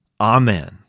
Amen